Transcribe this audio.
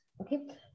Okay